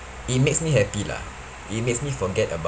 it makes me happy lah it makes me forget about